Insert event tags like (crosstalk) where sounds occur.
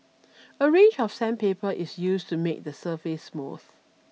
(noise) a range of sandpaper is used to make the surface smooth